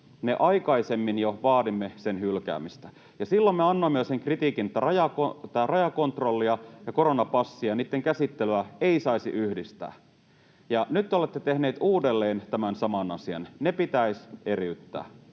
käsittelyssä, vaadimme sen hylkäämistä, ja silloin me annoimme myös sen kritiikin, että rajakontrollia ja koronapassia, niitten käsittelyä, ei saisi yhdistää, ja nyt te olette tehneet uudelleen tämän saman asian. Ne pitäisi eriyttää.